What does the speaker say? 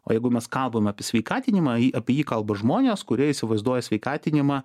o jeigu mes kalbam apie sveikatinimą jį apie jį kalba žmonės kurie įsivaizduoja sveikatinimą